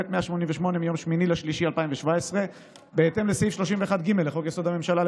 ב/188 מיום 8 במרץ 2017. בהתאם לסעיף 31(ג) לחוק-יסוד: הממשלה,